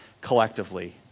collectively